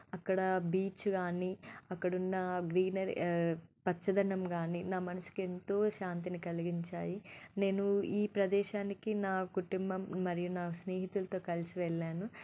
అక్కడ బీచ్ కాని అక్కడున్న గ్రీనరీ పచ్చదనం కానీ నా మనసుకి ఎంతో శాంతిని కలిగించాలి నేను ఈ ప్రదేశానికి నా కుటుంబం మరియు నా స్నేహితులతో కలిసి వెళ్ళాను